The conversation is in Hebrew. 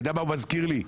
אתה מה הוא מזכיר לי?